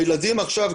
והילדים עכשיו,